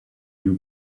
you